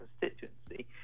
constituency